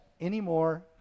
anymore